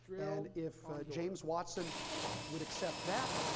and if james watson would accept that,